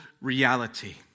reality